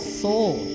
soul